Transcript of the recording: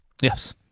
Yes